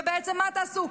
ובעצם מה תעשו?